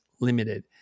limited